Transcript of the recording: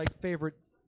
favorite